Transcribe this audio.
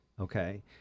Okay